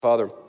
Father